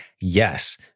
yes